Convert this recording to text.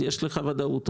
יש לך ודאות.